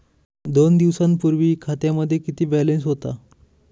दोन दिवसांपूर्वी खात्यामध्ये किती बॅलन्स होता?